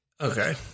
Okay